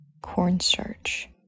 cornstarch